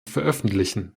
veröffentlichen